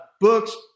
books